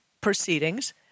proceedings